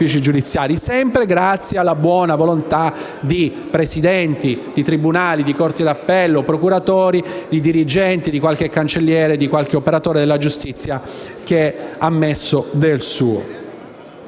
sempre grazie alla buona volontà di presidenti di tribunali e di corte di appello, di procuratori, di dirigenti e di qualche cancelliere e di qualche operatore della giustizia, che ha messo del suo.